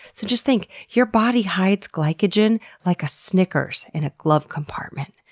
so just think, your body hides glycogen like a snickers in a glove compartment,